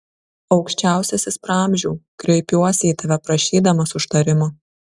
aukščiausiasis praamžiau kreipiuosi į tave prašydamas užtarimo